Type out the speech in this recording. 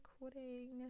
recording